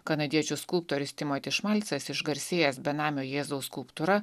kanadiečių skulptorius timoti šmalcas išgarsėjęs benamio jėzaus skulptūra